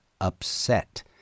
upset